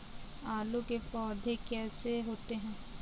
आलू के पौधे कैसे होते हैं?